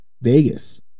Vegas